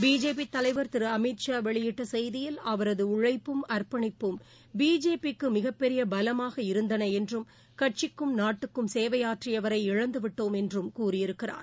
BJP தலைவர் திரு அமித் ஷா வெளியிட்ட செய்தியில் அவரது உழைப்பும் அர்ப்பணிப்பும் பிஜேபிக்கு மிகப்பெரிய பலமாக இருந்தது என்றும் கட்சிக்கும் நாட்டுக்கும் சேவையாற்றியவரை இழந்துவிட்டோம் என்றும் கூறியிருக்கிறார்